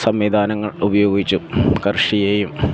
സംവിധാനങ്ങൾ ഉപയോഗിച്ചും കർഷിയേയും